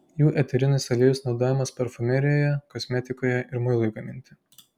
jų eterinis aliejus naudojamas parfumerijoje kosmetikoje ir muilui gaminti